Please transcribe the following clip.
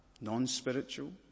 non-spiritual